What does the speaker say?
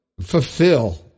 fulfill